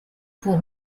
pour